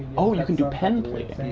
oh, you can do pen plating?